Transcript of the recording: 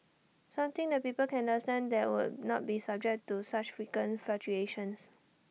something that people can understand that would not be subject to such frequent fluctuations